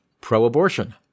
Pro-abortion